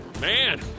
Man